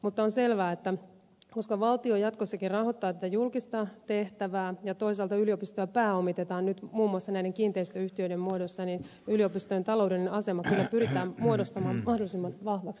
mutta on selvää että koska valtio jatkossakin rahoittaa tätä julkista tehtävää ja toisaalta yliopistoja pääomitetaan nyt muun muassa näiden kiinteistöyhtiöiden muodossa niin yliopistojen taloudellinen asema kyllä pyritään muodostamaan mahdollisimman vahvaksi